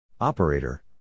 Operator